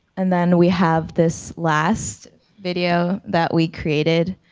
and then we have this last video that we created,